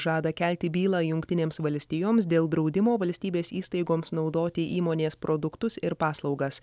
žada kelti bylą jungtinėms valstijoms dėl draudimo valstybės įstaigoms naudoti įmonės produktus ir paslaugas